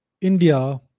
India